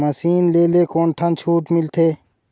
Machine ले ले कोन ठन छूट मिलथे?